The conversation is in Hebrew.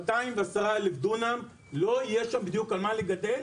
210 אלף דונם לא יהיה שם בדיוק על מה לגדל,